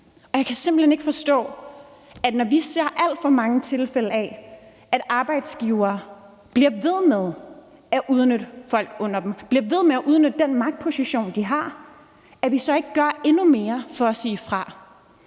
Jeg kan simpelt hen ikke forstå, at vi ikke, når vi ser alt for mange tilfælde af, at arbejdsgivere bliver ved med at udnytte folk under dem, bliver ved med at udnytte den magtposition, de har, gør endnu mere for at sige fra,